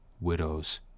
widows